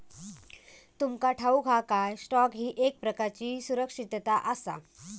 तुमका ठाऊक हा काय, स्टॉक ही एक प्रकारची सुरक्षितता आसा?